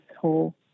whole